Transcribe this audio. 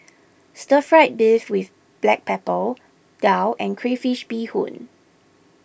Stir Fried Beef with Black Pepper Daal and Crayfish BeeHoon